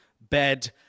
bed